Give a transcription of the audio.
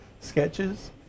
sketches